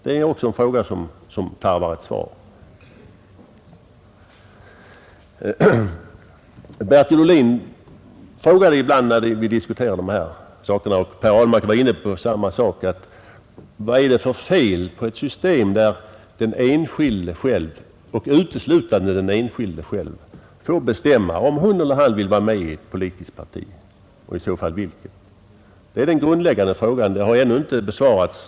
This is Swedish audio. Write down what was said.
Det är också frågor som tarvar sina svar. Förre folkpartiledaren Bertil Ohlin frågade ibland när vi diskuterade dessa saker, och Per Ahlmark ställde samma fråga nu, nämligen vad det är för fel på ett system där den enskilde själv och uteslutande den enskilde själv får bestämma om hon eller han vill vara med i ett politiskt parti och i så fall vilket. Det är den grundläggande frågan och den har ännu inte besvarats.